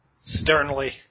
Sternly